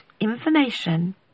information